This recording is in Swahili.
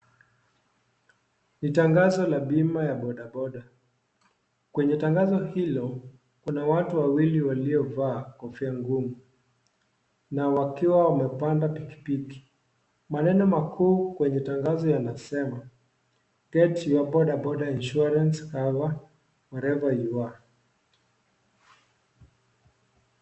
Ni tangazo la bima ya bodaboda. Kwenye tangazo hilo, kuna watu ambao wamevaa kofia ngumu nawe wakiwa wamepanda pikipiki. Maneno makuu kwenye tangazo yanasema, get your bodaboda insurance cover wherever you are .